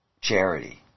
charity